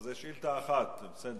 זה שאילתא אחת, בסדר.